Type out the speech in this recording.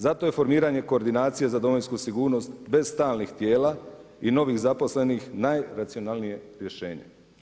Zato je formiranje Koordinacije za domovinsku sigurnost bez stalnih tijela i novih zaposlenih najracionalnije rješenje.